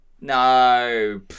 No